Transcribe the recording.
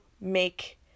make